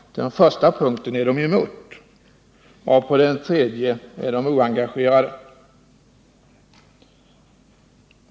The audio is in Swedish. Den första punkten är de emot, och på den tredje är de oengagerade.